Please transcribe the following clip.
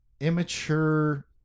immature